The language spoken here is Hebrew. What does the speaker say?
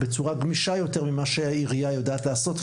בצורה גמישה יותר ממה שהעירייה יודעת לעשות.